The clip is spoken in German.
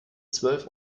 zwölf